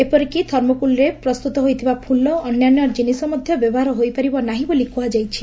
ଏପରିକି ଥର୍ମୋକୁଲରେ ପ୍ରସ୍ତୁତ ହୋଇଥିବା ଫୁଲ ଓ ଅନ୍ୟାନ୍ୟ ଜିନିଷ ମଧ ବ୍ୟବହାର ହୋଇପାରିବ ନାହିଁ ବୋଲି କୁହାଯାଇଛି